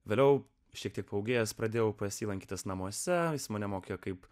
vėliau šiek tiek paūgėjęs pradėjau pas jį lankytis namuose jis mane mokė kaip